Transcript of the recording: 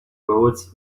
roles